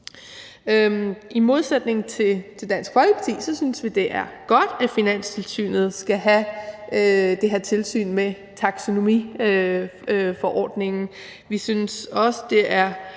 I modsætning til Dansk Folkeparti synes vi, det er godt, at Finanstilsynet skal have det her tilsyn med taksonomiforordningen.